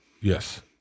Yes